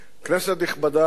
כנסת נכבדה,